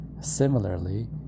Similarly